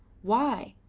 why?